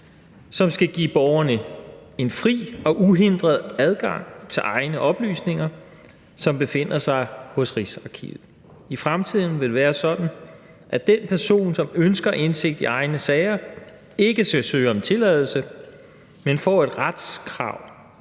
som skal give borgerne en fri og uhindret adgang til egne oplysninger, som befinder sig hos Rigsarkivet. I fremtiden vil det være sådan, at en person, som ønsker indsigt i egne sager, ikke skal søge om tilladelse, men får et retskrav